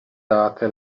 date